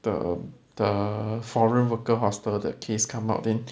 the the foreign worker hostel the case come out then